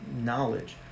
knowledge